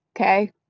Okay